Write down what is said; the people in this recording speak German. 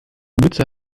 mütze